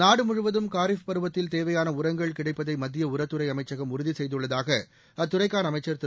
நாடுமுழுவதும் காரிப் பருவத்தில் தேவையான உரங்கள் கிடைப்பதை மத்திய உரத்துறை அமைச்சகம் உறுதி செய்துள்ளதாக அத்துறைக்கான அமைச்சர் திரு